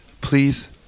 Please